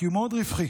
כי הוא מאוד רווחי.